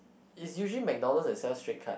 is usually McDonald's they sell straight cut